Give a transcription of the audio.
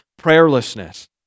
prayerlessness